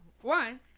One